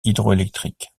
hydroélectriques